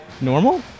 normal